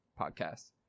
podcast